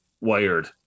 wired